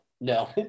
no